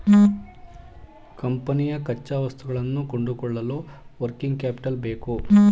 ಕಂಪನಿಯ ಕಚ್ಚಾವಸ್ತುಗಳನ್ನು ಕೊಂಡುಕೊಳ್ಳಲು ವರ್ಕಿಂಗ್ ಕ್ಯಾಪಿಟಲ್ ಬೇಕು